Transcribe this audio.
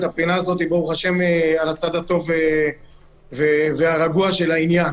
הפינה הזאת על הצד הטוב והרגוע של העניין.